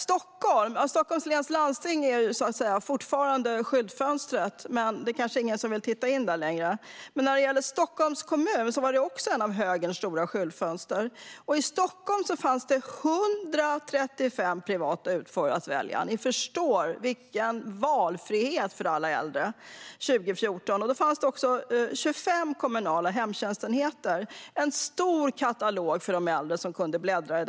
Stockholms läns landsting är fortfarande skyltfönstret, så att säga, men det kanske inte är någon som vill titta i det längre. Stockholms kommun var dock också ett av högerns stora skyltfönster, och i Stockholm fanns det 135 privata utförare att välja mellan 2014. Ni förstår vilken valfrihet alla de äldre hade! Det fanns också 25 kommunala hemtjänstenheter. Det var en stor katalog för de äldre att bläddra i.